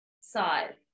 side